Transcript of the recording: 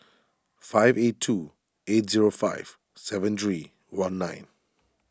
five eight two eight zero five seven three one nine